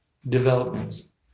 developments